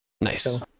nice